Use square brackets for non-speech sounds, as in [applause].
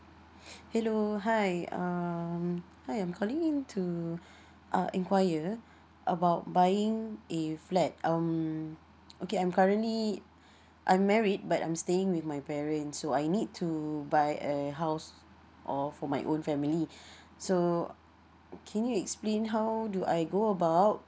[breath] hello hi um hi I'm calling in to [breath] uh inquire about buying a flat um okay I'm currently I'm married but I'm staying with my parents so I need to buy a house or for my own family [breath] so can you explain how do I go about